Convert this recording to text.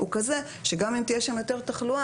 הוא כזה שגם אם תהיה שם יותר תחלואה,